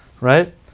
right